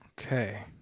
Okay